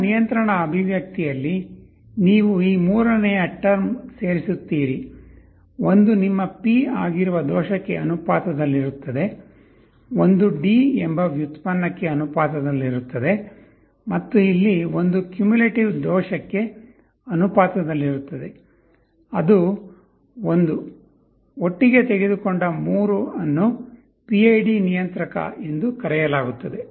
ನಿಮ್ಮ ನಿಯಂತ್ರಣ ಅಭಿವ್ಯಕ್ತಿಯಲ್ಲಿ ನೀವು ಈ ಮೂರನೆಯ ಟರ್ಮ್ ಸೇರಿಸುತ್ತೀರಿ ಒಂದು ನಿಮ್ಮ P ಆಗಿರುವ ದೋಷಕ್ಕೆ ಅನುಪಾತದಲ್ಲಿರುತ್ತದೆ ಒಂದು D ಎಂಬ ಡಿರೈವೆಟಿವ್ಕ್ಕೆ ಅನುಪಾತದಲ್ಲಿರುತ್ತದೆ ಮತ್ತು ಇಲ್ಲಿ ಒಂದು ಕ್ಯುಮುಲೇಟಿವ್ ದೋಷಕ್ಕೆ ಅನುಪಾತದಲ್ಲಿರುತ್ತದೆಅದು 1 ಒಟ್ಟಿಗೆ ತೆಗೆದುಕೊಂಡ 3 ಅನ್ನು PID ನಿಯಂತ್ರಕ ಎಂದು ಕರೆಯಲಾಗುತ್ತದೆ